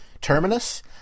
Terminus